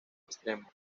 extremo